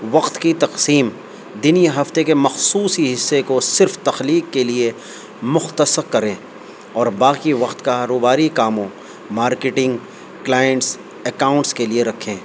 وقت کی تقسیم دینی ہفتے کے مخصوصی حصے کو صرف تخلیق کے لیے مختص کریں اور باقی وقت کاروباری کاموں مارکیٹنگ کلائنٹس اکاؤنٹ س کے لیے رکھیں